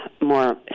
more